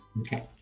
Okay